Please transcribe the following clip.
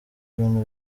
bintu